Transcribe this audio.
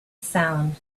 sound